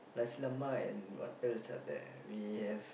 nasi-lemak and what else are there we have